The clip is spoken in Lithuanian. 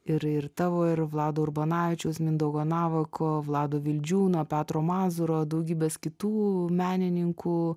ir ir tavo ir vlado urbonavičiaus mindaugo navako vlado vildžiūno petro mazūro daugybės kitų menininkų